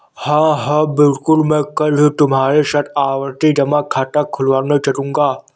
हां हां बिल्कुल मैं कल ही तुम्हारे साथ आवर्ती जमा खाता खुलवाने चलूंगा